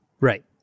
Right